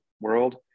world